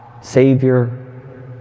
Savior